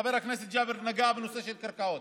חבר הכנסת ג'אבר נגע בנושא של הקרקעות.